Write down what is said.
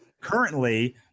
currently